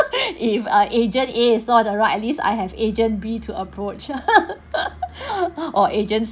if uh agent A is not the right at least I have agent B to approach or agents